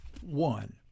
one